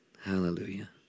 Hallelujah